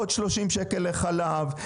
עוד 30 שקלים לחלב,